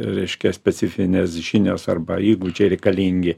reiškia specifinės žinios arba įgūdžiai reikalingi